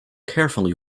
carefully